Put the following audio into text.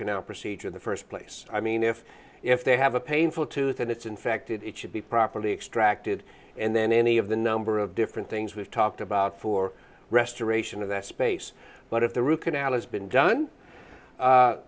canal procedure in the first place i mean if if they have a painful tooth and it's infected it should be properly extracted and then any of the number of different things we've talked about for restoration of that space but if the root canal has been done